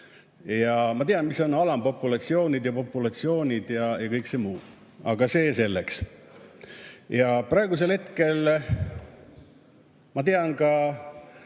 ja ma tean, mis on alampopulatsioonid, populatsioonid ja kõik see muu. Aga see selleks. Ja praegusel hetkel ma tean neid